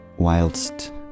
Whilst